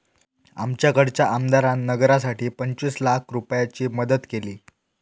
आमच्याकडच्या आमदारान नगरासाठी पंचवीस लाख रूपयाची मदत केली